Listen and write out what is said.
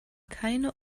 keine